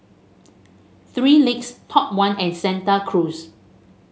Three Legs Top One and Santa Cruz